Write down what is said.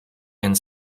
and